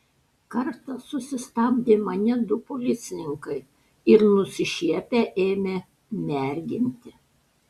kartą susistabdė mane du policininkai ir nusišiepę ėmė merginti